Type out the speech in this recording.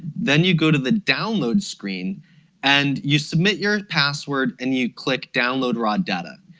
then you go to the download screen and you submit your password and you click download raw data.